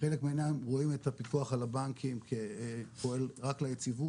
חלק רואים את הפיקוח על הבנקים כפועל רק ליציבות